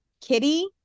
Kitty